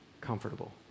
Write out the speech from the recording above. comfortable